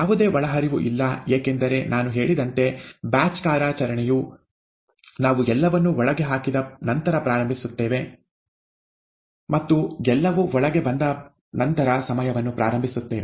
ಯಾವುದೇ ಒಳಹರಿವು ಇಲ್ಲ ಏಕೆಂದರೆ ನಾನು ಹೇಳಿದಂತೆ ಬ್ಯಾಚ್ ಕಾರ್ಯಾಚರಣೆಯು ನಾವು ಎಲ್ಲವನ್ನೂ ಒಳಗೆ ಹಾಕಿದ ನಂತರ ಪ್ರಾರಂಭಿಸುತ್ತೇವೆ ಮತ್ತು ಎಲ್ಲವೂ ಒಳಗೆ ಬಂದ ನಂತರ ಸಮಯವನ್ನು ಪ್ರಾರಂಭಿಸುತ್ತೇವೆ